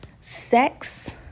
sex